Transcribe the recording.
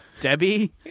Debbie